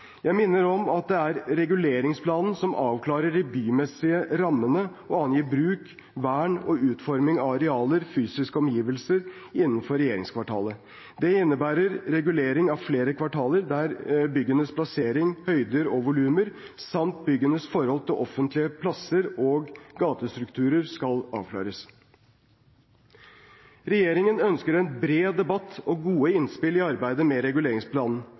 Jeg minner om at det er reguleringsplanen som avklarer de bymessige rammene og angir bruk, vern og utforming av arealer og fysiske omgivelser innenfor regjeringskvartalet. Det innebærer regulering av flere kvartaler der byggenes plassering, høyder og volumer samt byggenes forhold til offentlige plasser og gatestrukturer skal avklares. Regjeringen ønsker en bred debatt og gode innspill i arbeidet med reguleringsplanen.